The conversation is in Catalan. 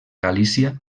galícia